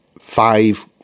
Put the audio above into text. five